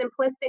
simplistic